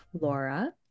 Laura